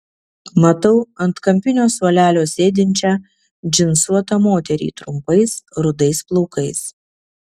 matau ant kampinio suolelio sėdinčią džinsuotą moterį trumpais rudais plaukais